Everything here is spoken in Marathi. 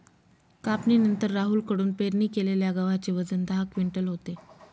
कापणीनंतर राहुल कडून पेरणी केलेल्या गव्हाचे वजन दहा क्विंटल होते